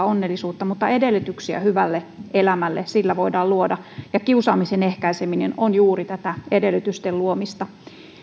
onnellisuutta mutta edellytyksiä hyvälle elämälle sillä voidaan luoda ja kiusaamisen ehkäiseminen on juuri tätä edellytysten luomista